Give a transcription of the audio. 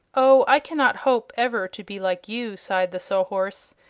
oh, i cannot hope ever to be like you, sighed the sawhorse.